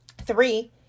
Three